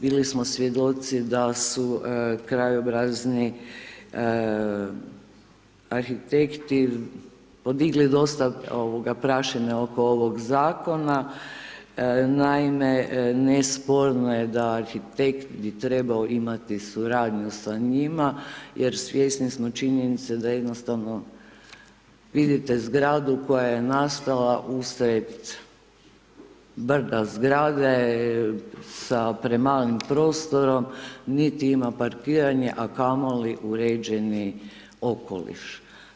Bili smo svjedoci da su krajobrazni arhitekti podigli dosta prašine oko ovog zakona, naime nesporno je da arhitekt bi trebao imati suradnju sa njima jer svjesni smo činjenice da jednostavno vidite zgradu koja je nastala usred brda zgrade sa premalim prostorom, niti ima parkiranja a kamoli uređeni okoliš.